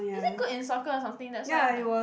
is it good in soccer or something that's why like